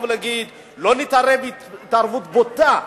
להגיד: לא נתערב התערבות בוטה,